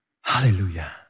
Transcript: Hallelujah